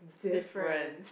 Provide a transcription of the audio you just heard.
different